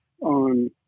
on